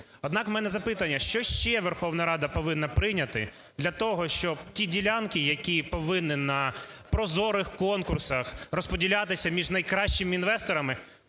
Однак в мене запитання. Що ще Верховна Рада повинна прийняти для того, щоб ті ділянки, які повинні на прозорих конкурсах розподілятися між найкращими інвесторами,